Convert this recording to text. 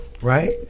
right